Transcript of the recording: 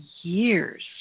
years